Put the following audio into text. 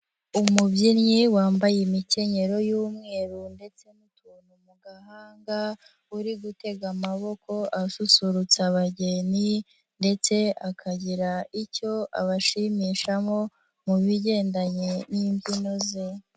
Umubyinnyi wambaye imikenyero y'umweru ndetse n'utuntu mu gahanga, uri gutega amaboko asusurutsa abageni ndetse akagira icyo abashimishamo mu bigendanye n'imbyino ze.